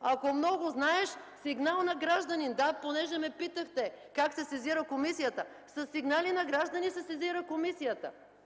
Ако много знаеш – сигнал на гражданин! Да, понеже ме питахте как се сезира комисията. Със сигнали на граждани се сезира комисията.